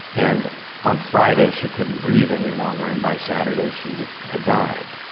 and on friday she couldn't breathe any longer, and by saturday she had died.